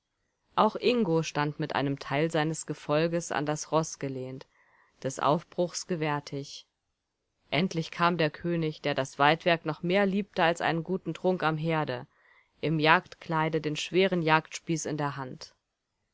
auch ingo stand mit einem teil seines gefolges an das roß gelehnt des aufbruchs gewärtig endlich kam der könig der das weidwerk noch mehr liebte als einen guten trunk am herde im jagdkleide den schweren jagdspieß in der hand